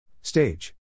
Stage